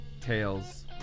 tails